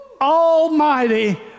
almighty